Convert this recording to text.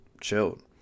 chilled